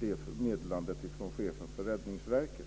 det meddelandet från chefen för Räddningsverket.